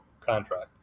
contract